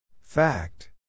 Fact